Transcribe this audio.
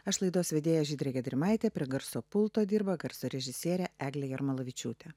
aš laidos vedėja žydrė gedrimaitė prie garso pulto dirba garso režisierė eglė jarmalavičiūtė